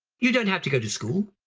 you don't have to go to school,